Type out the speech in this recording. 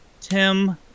Tim